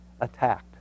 attacked